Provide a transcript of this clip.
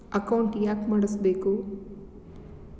Account ಯಾಕ್ ಮಾಡಿಸಬೇಕು?